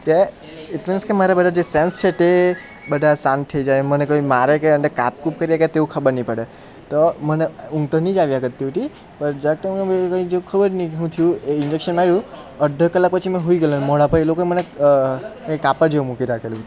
કે it means કે મારે બધા જે સેન્સ છે તે બધા શાંત થઈ જાય મને કોઈ મારે કે અંદર કાપકૂપ કરે તે પણ ખબર નહીં પડે તો મને ઊંઘ તો નહીં જ આવ્યા કરતી હતી પર ખબર નહીં શું થયું એ ઇન્જેકશન આવ્યું અડધો કલાક પછી મે સુઈ ગયેલો અને મોઢા પર એ લોકોએ મને કંઈક કાપડ જેવું મૂકી રાખેલું